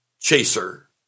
chaser